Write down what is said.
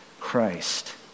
Christ